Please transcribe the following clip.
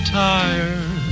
tired